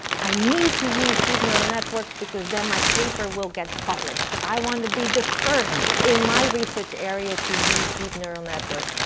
i need to use deep neural networks, because then my paper will get published. i want to be the first in my research area to use deep neural networks.